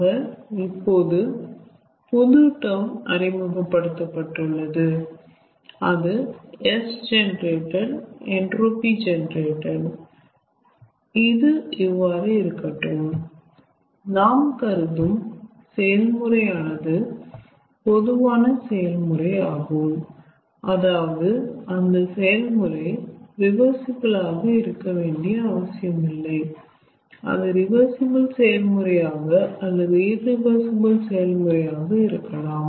ஆக இப்போது புது டேர்ம் அறிமுகப்படுத்தப்பட்டுள்ளது அது Sgenerated Entropygenerated இது இவ்வாறு இருக்கட்டும் நாம் கருதும் செயல்முறையானது பொதுவான செயல்முறை ஆகும் அதாவது அந்த செயல்முறை ரிவர்சிபிள் ஆக இருக்கவேண்டிய அவசியமில்லை அது ரிவர்சிபிள் செயல்முறையாக அல்லது இரிவர்சிபிள் செயல்முறையாக இருக்கலாம்